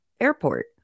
airport